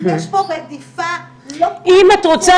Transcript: יש פה רדיפה לא פרופורציונלית --- אם את רוצה